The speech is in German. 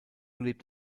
lebt